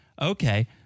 okay